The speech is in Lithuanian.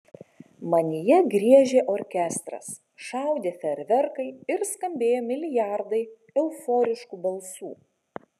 manyje griežė orkestras šaudė fejerverkai ir skambėjo milijardai euforiškų balsų